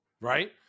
right